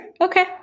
Okay